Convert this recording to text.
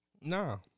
No